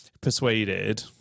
persuaded